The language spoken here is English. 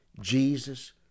Jesus